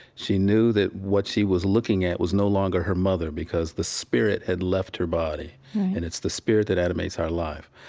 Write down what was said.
she knew that what she was looking at was no longer her mother because the spirit had left her body right and it's the spirit that animates our life.